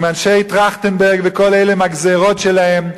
עם אנשי טרכטנברג וכל אלה עם הגזירות שלהם,